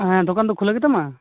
ᱦᱮᱸ ᱫᱚᱠᱚᱱ ᱫᱚ ᱠᱷᱩᱞᱟᱹᱣ ᱜᱮᱛᱟᱢᱟ